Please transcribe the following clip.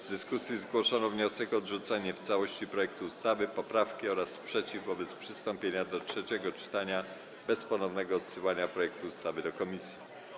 W dyskusji zgłoszono wniosek o odrzucenie w całości projektu ustawy, poprawki oraz sprzeciw wobec przystąpienia do trzeciego czytania bez ponownego odsyłania projektu ustawy do komisji.